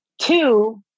Two